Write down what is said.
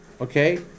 Okay